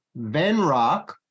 Venrock